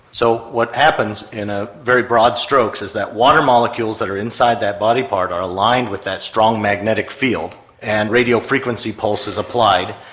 so what happens, in ah very broad strokes, is that water molecules that are inside that body part are aligned with that strong magnetic field and radio frequency pulses applied,